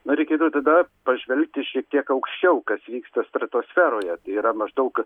na reikėtų tada pažvelgti šiek tiek aukščiau kas vyksta stratosferoje tai yra maždaug